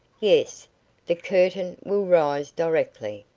yes the curtain will rise directly.